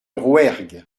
rouergue